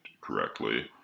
correctly